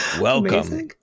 Welcome